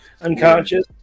unconscious